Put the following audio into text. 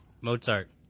Mozart